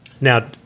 Now